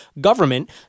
government